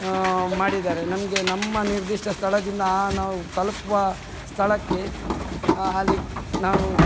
ಮಾಡಿದ್ದಾರೆ ನಮಗೆ ನಮ್ಮ ನಿರ್ದಿಷ್ಟ ಸ್ಥಳದಿಂದ ಆ ನಾವು ತಲುಪುವ ಸ್ಥಳಕ್ಕೆ ಅಲ್ಲಿ ನಾವು